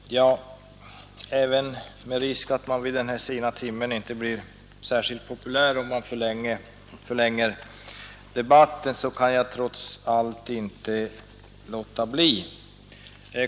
Herr talman! Även med risk för att jag vid denna sena timme inte blir särskilt populär kan jag inte undgå att något förlänga denna debatt.